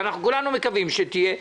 וכולנו מקווים שתהיה,